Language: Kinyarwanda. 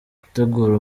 gutegura